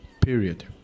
period